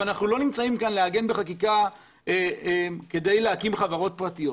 אנחנו לא נמצאים פה כדי להקים חברות פרטיות.